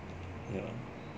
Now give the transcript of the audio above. yeah